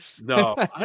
No